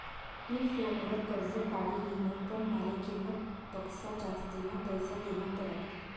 मी फोनवर कर्ज काढी लिन्ह, पण माले किंमत पक्सा जास्तीना पैसा देना पडात